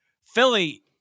Philly